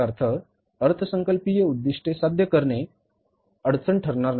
याचा अर्थ अर्थसंकल्पीय उद्दिष्टे साध्य करणे अडचण ठरणार नाही